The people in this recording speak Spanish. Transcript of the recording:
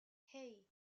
hey